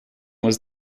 was